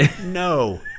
No